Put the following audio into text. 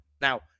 Now